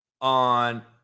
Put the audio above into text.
on